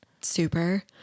Super